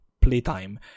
playtime